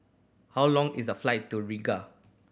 how long is the flight to Riga